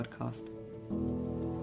Podcast